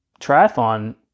triathlon